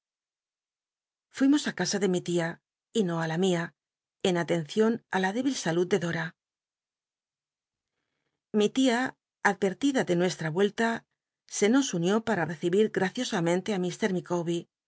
fuimos i casa de mi tia y no á lamia en nlchcion á la débil salud de dora mi tia advertid a de nucstm mella se nos unió para recibir graciosamenlc